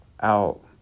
out